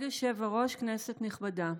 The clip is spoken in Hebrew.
כבוד היושב-ראש, כנסת נכבדה,